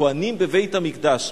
הכוהנים בבית-המקדש.